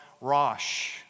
Rosh